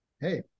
hey